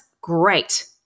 great